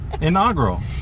inaugural